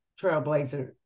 Trailblazer